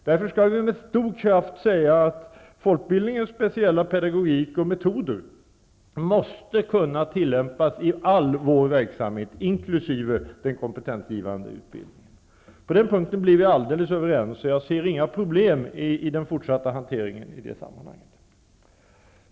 Därför skall vi med stor kraft säga att folkbildningens speciella pedagogik och metoder måste kunna tillämpas i all vår verksamhet, inkl. den kompetensgivande utbildningen. På den punkten blir vi alldeles överens, och jag ser inga problem i den fortsatta hanteringen i det sammanhanget.